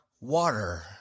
water